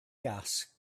gas